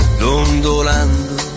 dondolando